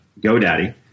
GoDaddy